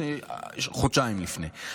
השני חודשיים לפני,